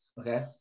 Okay